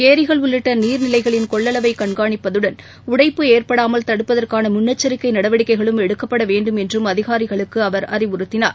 ஏரிகள் உள்ளிட்டநீர்நிலைகளின் கொள்ளளவைகண்காணிப்பதுடன் உடைப்பு ஏற்படாமல் தடுப்பதற்கானமுன்னெச்சரிக்கைநடவடிக்கைகளும் எடுக்கப்படவேண்டும் என்றும் அதிகாரிகளுக்குஅவர் அறிவுறுத்தினார்